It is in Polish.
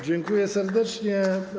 Dziękuję serdecznie.